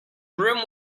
room